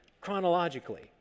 chronologically